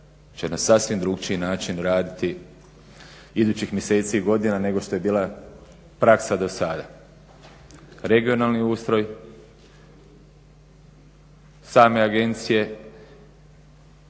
će na sasvim drukčiji način raditi idućih mjeseci i godina nego što je bila praksa dosada, regionalni ustroj same agencije